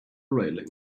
railing